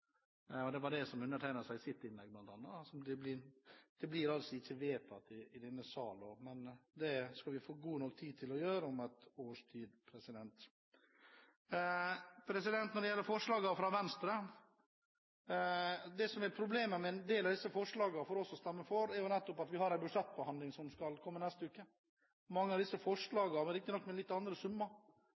ikke. Det var bl.a. det undertegnede sa i sitt innlegg. Det blir altså ikke vedtatt i denne sal, men det skal vi få god nok tid til å gjøre om et års tid. Når det gjelder forslagene fra Venstre, er problemet vårt med å stemme for en del av disse forslagene at vi har en budsjettbehandling som kommer neste uke. Mange av disse forslagene, riktignok med litt andre summer,